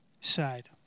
side